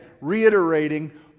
reiterating